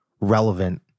relevant